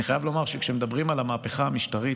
אני חייב לומר שכשמדברים על המהפכה המשטרית,